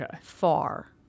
far